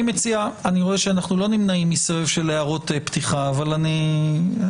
אני רואה שאנחנו לא נמנעים מסבב של הערות פתיחה אז בבקשה,